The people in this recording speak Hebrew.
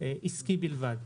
עיסקי בלבד.